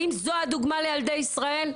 האם זו הדוגמה לילדי ישראל?